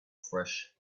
fresh